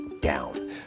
down